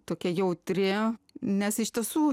tokia jautri nes iš tiesų